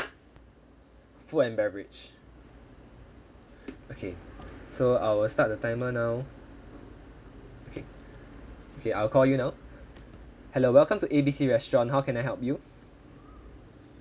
food and beverage okay so I will start the timer now okay okay I'll call you now hello welcome to A B C restaurant how can I help you